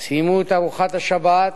סיימו את ארוחת השבת,